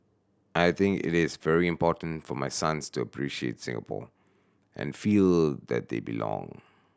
I think it is very important for my sons to appreciate Singapore and feel that they belong